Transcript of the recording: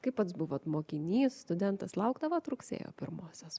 kai pats buvot mokinys studentas laukdavot rugsėjo pirmosios